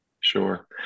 Sure